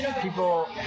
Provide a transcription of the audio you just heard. people